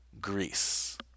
Greece